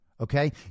Okay